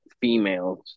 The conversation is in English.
females